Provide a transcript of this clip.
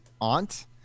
aunt